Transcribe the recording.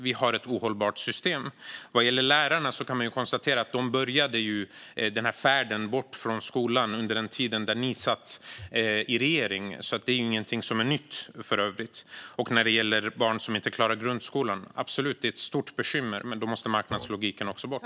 Vi har ett ohållbart system. Vad gäller lärarna kan man för övrigt konstatera att de började färden bort från skolan under den tid då ni satt i regeringen, Kristina Axén Olin, så det är ingenting som är nytt. Barn som inte klarar grundskolan är absolut ett stort bekymmer, men ska man lösa det måste också marknadslogiken bort.